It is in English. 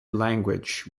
language